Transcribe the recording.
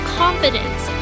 confidence